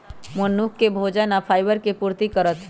मनुख के भोजन आ फाइबर के पूर्ति करत